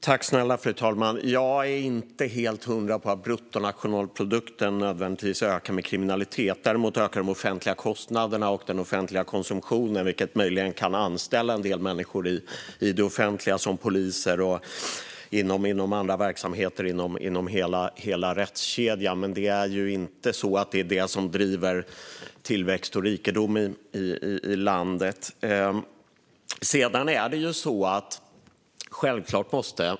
Fru talman! Jag är inte helt hundra på att bruttonationalprodukten nödvändigtvis ökar med kriminalitet. Däremot ökar de offentliga kostnaderna och den offentliga konsumtionen, vilket möjligen gör att man kan anställa en del människor i det offentliga som poliser och inom andra verksamheter i hela rättskedjan. Men det är ju inte det som driver tillväxt och rikedom i landet.